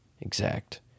exact